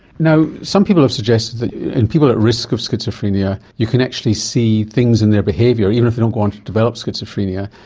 now some people have suggested that in people at risk of schizophrenia you can actually see things in their behaviour even if they don't go on to develop schizophrenia,